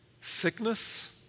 sickness